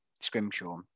Scrimshaw